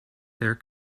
their